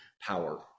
power